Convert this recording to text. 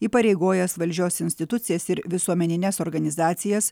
įpareigojęs valdžios institucijas ir visuomenines organizacijas